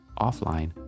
offline